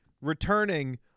returning